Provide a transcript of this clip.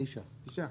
תשעה.